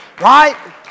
Right